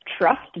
trust